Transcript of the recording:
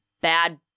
bad